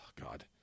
God